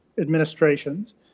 administrations